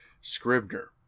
Scribner